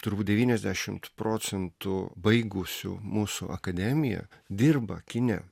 turbūt devyniasdešimt procentų baigusių mūsų akademiją dirba kine